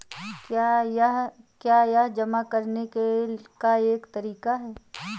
क्या यह जमा करने का एक तरीका है?